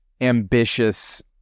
ambitious